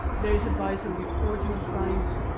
there is advice and reporting of crimes,